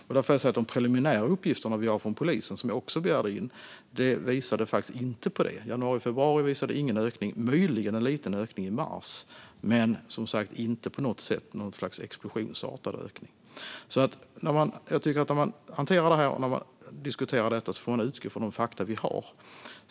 Jag vill säga att de preliminära uppgifter som vi har från polisen, som jag också begärt in, faktiskt inte visade på detta för januari och februari. Möjligen är det en liten ökning i mars, men det är inte på något sätt en explosionsartad ökning. Jag tycker att man, när man hanterar och diskuterar detta, får utgå från de fakta vi har.